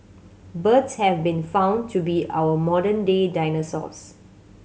birds have been found to be our modern day dinosaurs